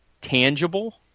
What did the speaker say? tangible